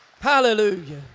Hallelujah